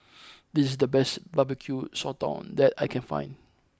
this is the best Barbecue Sotong that I can find